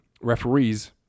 referees